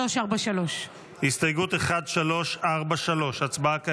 1343. הסתייגות 1343. הצבעה כעת.